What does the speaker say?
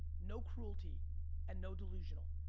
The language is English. no cruelty and no delusional,